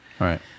Right